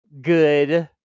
good